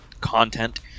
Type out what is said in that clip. content